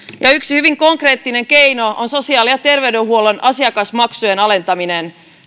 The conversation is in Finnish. yksi hyvin konkreettinen keino on sosiaali ja terveydenhuollon asiakasmaksujen alentaminen